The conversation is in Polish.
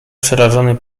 przerażony